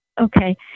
Okay